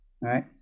right